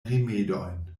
rimedojn